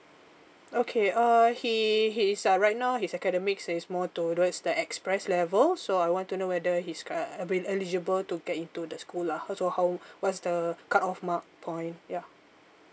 okay uh he he is uh right now his academic so it's more towards the express level so I want to know whether he's quite avail~ eligible to get into the school lah uh so how what's the cut off mark point ya